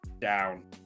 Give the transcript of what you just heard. down